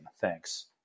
Thanks